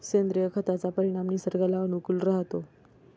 सेंद्रिय खताचा परिणाम निसर्गाला अनुकूल राहतो